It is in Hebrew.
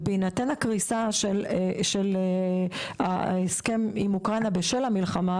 ובהינתן הקריסה של ההסכם עם אוקראינה בשל המלחמה,